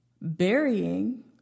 burying